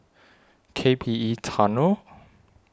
K P E Tunnel